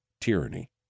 tyranny